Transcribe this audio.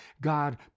God